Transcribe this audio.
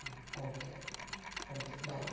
ಹಾಂ okay okay ಬಾಯ್